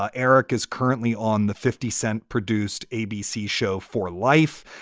ah eric is currently on the fifty cent produced abc show for life.